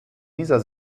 dieser